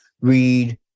read